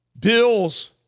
bills